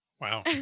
wow